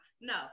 No